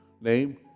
name